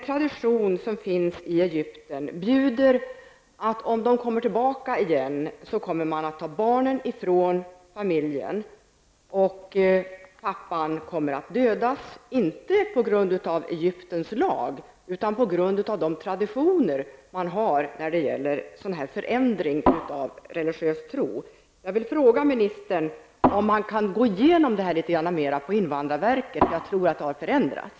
Traditionen i Egypten är bjuder att om familjen kommer tillbaka, kommer barnen att tas ifrån familjen och pappan kommer att dödas, inte på grund av Egyptens lag utan på grund av den tradition som man har vid byte av religiös tro. Jag vill fråga ministern om man på invandrarverket är beredd att gå igenom dessa fall ytterligare, för jag tror att situationen har förändrats.